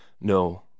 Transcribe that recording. No